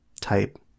type